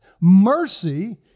Mercy